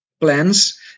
plans